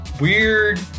weird